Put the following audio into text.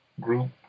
group